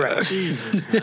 Jesus